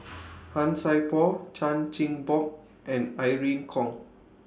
Han Sai Por Chan Chin Bock and Irene Khong